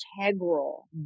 integral